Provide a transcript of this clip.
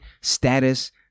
status